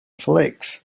flakes